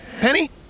Penny